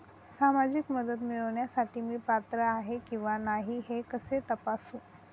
सामाजिक मदत मिळविण्यासाठी मी पात्र आहे किंवा नाही हे कसे तपासू?